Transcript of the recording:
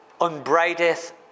unbraideth